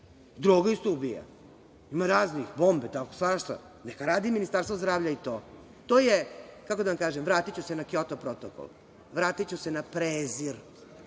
droga isto ubija, bombe, svašta. Neka radi Ministarstvo zdravlja i to. To je, kako da vam kažem, vratiću se na Kjoto protokol, vratiću se na prezir